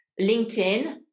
LinkedIn